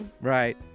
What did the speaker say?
Right